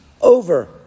over